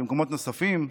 במקומות נוספים,